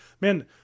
man